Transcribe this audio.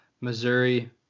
Missouri